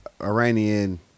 Iranian